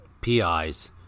PIs